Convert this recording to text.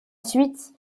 suite